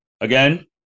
again